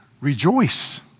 rejoice